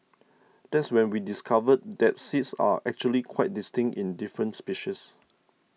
that's when we discovered that seeds are actually quite distinct in different species